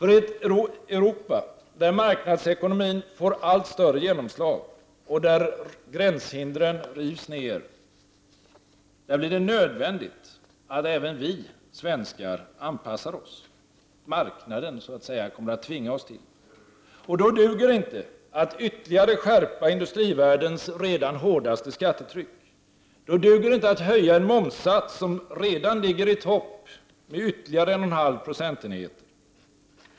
I ett Europa där marknadsekonomin får allt större genomslag och där gränshindren rivs ner, blir det nödvändigt att även vi svenskar anpassar oss. Marknaden kommer att tvinga oss till det. Då duger det inte att ytterligare skärpa industrivärldens redan hårdaste skattetryck. Då duger det inte att höja en momssats, som redan ligger i topp, med ytterligare 1,5 procentenheter.